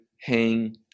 hang